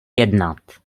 jednat